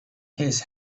his